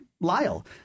Lyle